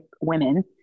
women